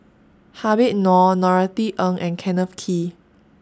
Habib Noh Norothy Ng and Kenneth Kee